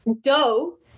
dough